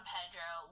Pedro